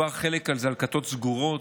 מדובר על חלק שהן כתות סגורות,